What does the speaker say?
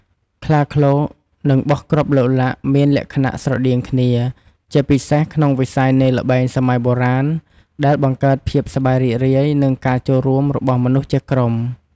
ខ្លាឃ្លោក និង បោះគ្រាប់ឡុកឡាក់ មានលក្ខណៈស្រដៀងគ្នា ជាពិសេសក្នុងវិស័យនៃល្បែងសម័យបុរាណដែលបង្កើតភាពសប្បាយរីករាយ និងការចូលរួមរបស់មនុស្សជាក្រុម។